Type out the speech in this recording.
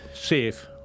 safe